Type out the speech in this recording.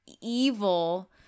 evil